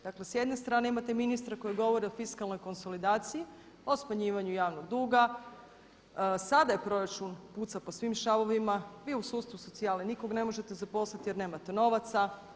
Dakle s jedne strane imate ministra koji govori o fiskalnoj konsolidaciji, o smanjivanju javnog duga, sada proračun puca po svim šavovima, vi u sustavu socijale nikog ne možete zaposliti jer nemate novaca.